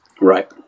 Right